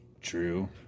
True